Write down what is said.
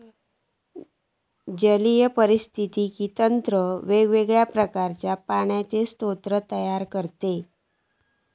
जलीय पारिस्थितिकी तंत्र वेगवेगळ्या प्रकारचे पाण्याचे स्रोत तयार करता